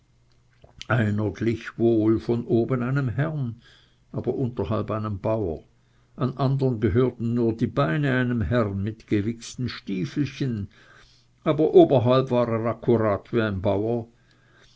einer glich wohl von oben einem herrn aber unterhalb einem bauer an andern gehörten nur die beine einem herrn mit gewichsten stiefelchen aber oberhalb war er akkurat wie ein bauer